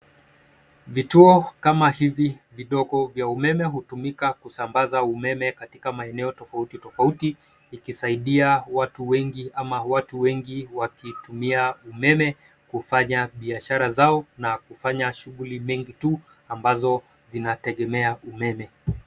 Vituo kama hivi vidogo vya umeme hutumika kusambaza umeme katika maeneo tofauti tofauti ikisaidia watu wengi ama watu wengi wakitumia umeme kufanya biashara zao na kufanya shughuli mingi tu ambazo zinategemea umeme.